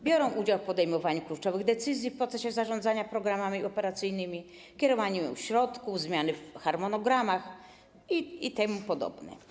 Biorą one udział w podejmowaniu kluczowych decyzji w procesie zarządzania programami operacyjnymi, kierowaniu środków, wprowadzaniu zmian w harmonogramach itp.